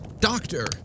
Doctor